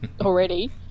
already